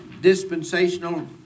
dispensational